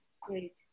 great